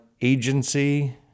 Agency